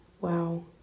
Wow